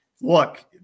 Look